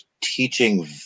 teaching